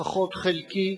לפחות חלקי,